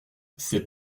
ces